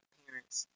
parents